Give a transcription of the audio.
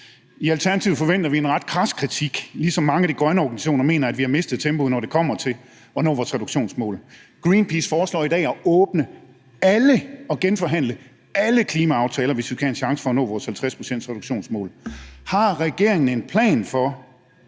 I Alternativet forventer vi en ret kras kritik. Også mange af de grønne organisationer mener, at vi har mistet tempoet, når det kommer til at nå vores reduktionsmål. Greenpeace foreslår i dag at åbne og genforhandle alle klimaaftaler, hvis vi skal have en chance for at nå vores 50-procentsreduktionsmål. Har regeringen en plan for,